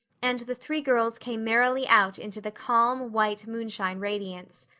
and the three girls came merrily out into the calm, white moonshine radiance.